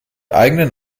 eigenen